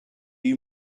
you